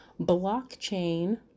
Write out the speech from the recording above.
blockchain